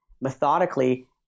methodically